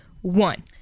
one